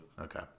Okay